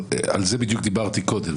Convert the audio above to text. בדיוק דיברתי קודם.